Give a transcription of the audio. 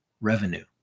revenue